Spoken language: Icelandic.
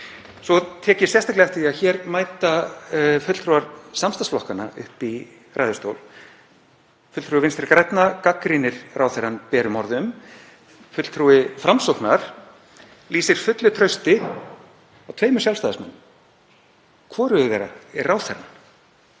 Svo tek ég sérstaklega eftir því að hér mæta fulltrúar samstarfsflokkanna upp í ræðustól. Fulltrúi Vinstri grænna gagnrýnir ráðherrann berum orðum. Fulltrúi Framsóknar lýsir fullu trausti á tveimur Sjálfstæðismönnum. Hvorugur þeirra er ráðherrann.